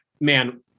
man